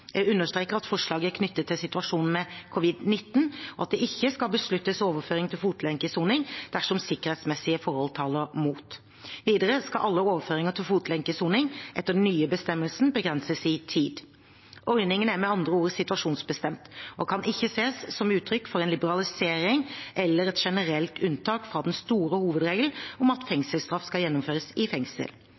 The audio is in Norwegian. Jeg understreker at forslaget er knyttet til situasjonen med covid-19, og at det ikke skal besluttes overføring til fotlenkesoning dersom sikkerhetsmessige forhold taler imot. Videre skal alle overføringer til fotlenkesoning etter den nye bestemmelsen begrenses i tid. Ordningen er med andre ord situasjonsbestemt og kan ikke ses som uttrykk for en liberalisering eller et generelt unntak fra den store hovedregelen om at fengselsstraff skal gjennomføres i fengsel.